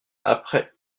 après